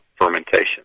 fermentation